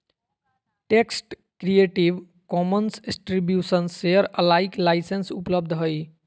text creative commons attribution share alike license उपलब्ध हइ